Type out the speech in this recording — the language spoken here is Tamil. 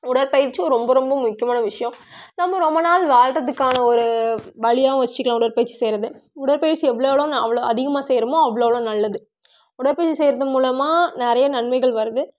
உடற்பயிற்சியும் ரொம்ப ரொம்ப முக்கியமான விஷயம் நம்ம ரொம்ப நாள் வாழ்றதுக்கான ஒரு வழியாவும் வைச்சுக்கலாம் உடற்பயிற்சி செய்கிறத உடற்பயிற்சி எவ்வளோ எவ்வளோ நாள் அவ்வளோ அதிகமா செய்கிறோமோ அவ்வளோ அவ்வளோ நல்லது உடற்பயிற்சி செய்கிறது மூலமாக நிறைய நன்மைகள் வருது